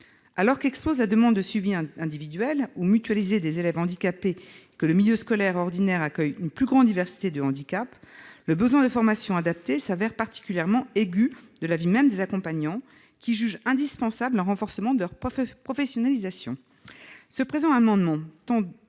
Alors que la demande de suivi individuel ou mutualisé des élèves handicapés explose et que le milieu scolaire ordinaire accueille une plus grande diversité de handicaps, le besoin de formations adaptées se révèle particulièrement aigu, de l'avis même des accompagnants, qui jugent indispensable un renforcement de leur professionnalisation. Le présent amendement tend